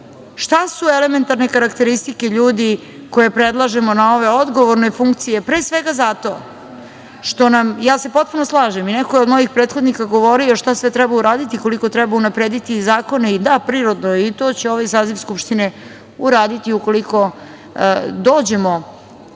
šta su elementarne karakteristike ljudi koje predlažemo na ove odgovorne funkcije. Potpuno se slažem i neko je od mojih prethodnika govorio šta sve treba uraditi, koliko treba unaprediti zakone. Da, prirodno je i to će ovaj saziv skupštine uraditi ukoliko dođemo